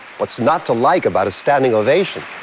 what's not to like about a standing ovation?